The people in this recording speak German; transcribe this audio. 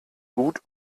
gut